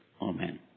Amen